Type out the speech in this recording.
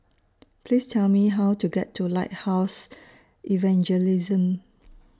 Please Tell Me How to get to Lighthouse Evangelism